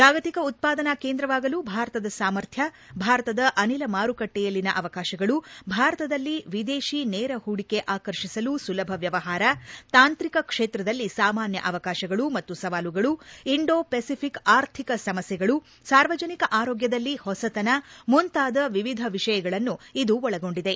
ಜಾಗತಿಕ ಉತ್ವಾದನಾ ಕೇಂದ್ರವಾಗಲು ಭಾರತದ ಸಾಮರ್ಥ್ಯ ಭಾರತದ ಅನಿಲ ಮಾರುಕಟ್ಟೆಯಲ್ಲಿನ ಅವಕಾಶಗಳು ಭಾರತದಲ್ಲಿ ವಿದೇಶಿ ನೇರ ಹೂಡಿಕೆ ಆಕರ್ಷಿಸಲು ಸುಲಭ ವ್ಯವಹಾರ ತಾಂತ್ರಿಕ ಕ್ಷೇತ್ರದಲ್ಲಿ ಸಾಮಾನ್ಯ ಅವಕಾಶಗಳು ಮತ್ತು ಸವಾಲುಗಳು ಇಂಡೋ ಪೆಸಿಫಿಕ್ ಆರ್ಥಿಕ ಸಮಸ್ಯೆಗಳು ಸಾರ್ವಜನಿಕ ಆರೋಗ್ಯದಲ್ಲಿ ಹೊಸತನ ಮುಂತಾದ ವಿವಿಧ ವಿಷಯಗಳನ್ನು ಇದು ಒಳಗೊಂಡಿದೆ